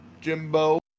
Jimbo